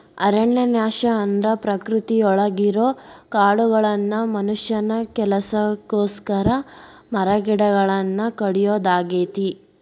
ಅರಣ್ಯನಾಶ ಅಂದ್ರ ಪ್ರಕೃತಿಯೊಳಗಿರೋ ಕಾಡುಗಳನ್ನ ಮನುಷ್ಯನ ಕೆಲಸಕ್ಕೋಸ್ಕರ ಮರಗಿಡಗಳನ್ನ ಕಡಿಯೋದಾಗೇತಿ